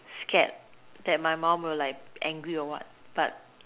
scared that my mum will like angry or what but